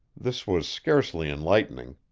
this was scarcely enlightening.